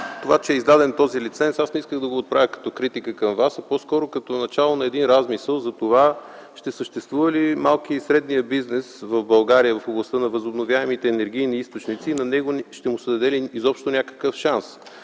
това че е издаден този лиценз, аз не исках да го отправя като критика към Вас, а по-скоро като начало на един размисъл за това ще съществува ли малкият и средният бизнес в България в областта на възобновяемите енергийни източници и ще му се даде ли на него изобщо някакъв шанс.